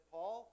Paul